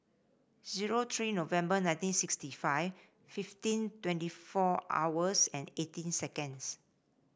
zero three November nineteen sixty five fifteen twenty four hours and eighteen seconds